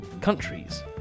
countries